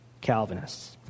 Calvinists